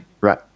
Right